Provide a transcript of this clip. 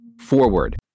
Forward